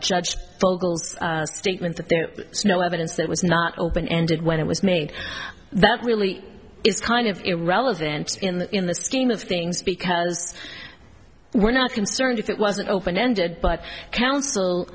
judge vocals statement that there is no evidence that was not open ended when it was made that really is kind of irrelevant in that in the scheme of things because we're not concerned if it wasn't open ended but counsel